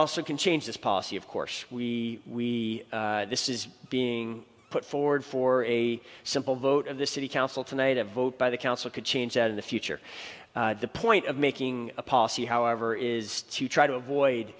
also can change this policy of course we we this is being put forward for a simple vote of the city council tonight a vote by the council could change that in the future the point of making a policy however is to try to avoid